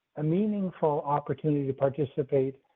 a meaningful opportunity to participate.